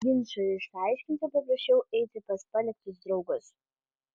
ginčui išsiaiškinti paprašiau eiti pas paliktus draugus